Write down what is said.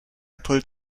pulled